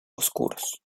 oscuros